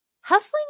hustling